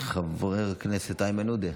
חבר הכנסת איימן עודה,